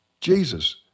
Jesus